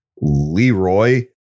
Leroy